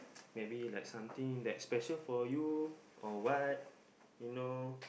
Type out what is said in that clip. maybe like something that's special for you or what you know